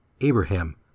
Abraham